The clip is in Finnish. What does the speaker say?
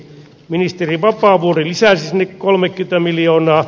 ministeri vapaavuori lisäsini kolme cyhtä miljoonaa